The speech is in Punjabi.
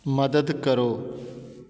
ਮਦਦ ਕਰੋ